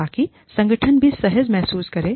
ताकि संगठन भी सहज महसूस करे